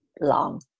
long